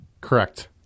Correct